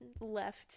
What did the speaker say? left